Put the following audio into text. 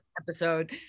episode